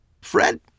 Fred